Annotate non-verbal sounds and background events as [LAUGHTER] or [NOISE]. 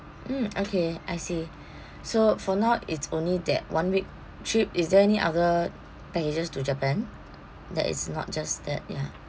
mm [NOISE] okay I see so for now it's only that one week trip is there any other packages to japan that it's not just that ya